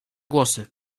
głosy